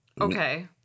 Okay